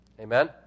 Amen